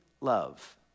love